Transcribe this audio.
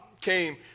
Came